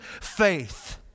faith